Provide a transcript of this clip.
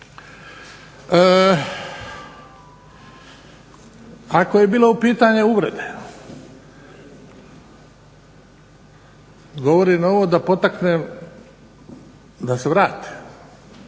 Ako je bilo pitanje uvrede, govorim ovo da potakne da se vrate,